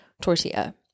tortilla